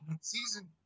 season